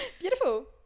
beautiful